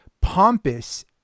pompous